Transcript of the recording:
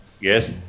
Yes